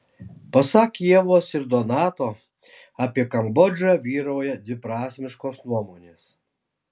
pasak ievos ir donato apie kambodžą vyrauja dviprasmiškos nuomonės